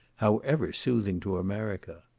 however soothing to america.